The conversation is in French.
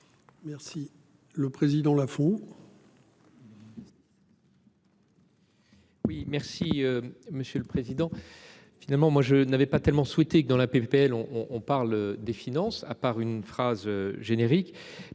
Merci. Le président là font.